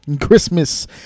Christmas